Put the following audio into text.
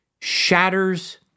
shatters